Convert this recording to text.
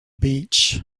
beach